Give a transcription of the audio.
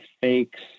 fakes